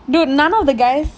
dude none of the guys